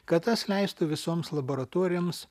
kad tas leistų visoms laboratorijoms